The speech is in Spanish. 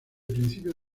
principios